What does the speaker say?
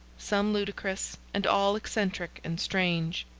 some ludicrous, and all eccentric and strange.